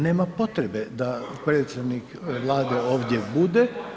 Nema potrebe da predstavnik Vlade ovdje bude.